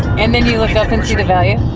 and then you looked up and see the value?